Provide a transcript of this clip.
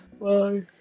Bye